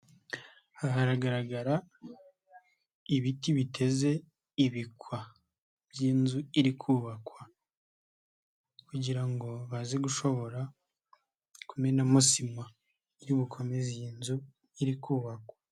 Hagaragara ibiti biteze ibikwa by'inzu iri kubakwa kugira ngo baze gushobora kumenamo sima, iri bukomeze iyi nzu iri kubakwa.